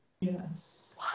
Yes